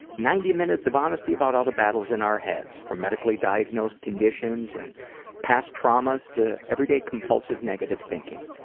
ninety minutes of honesty about all the battles in our heads, from medically diagnosed conditions and past traumas to everyday compulsive, negative thinking.